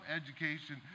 education